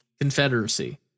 Confederacy